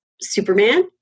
Superman